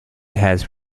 has